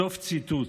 סוף ציטוט.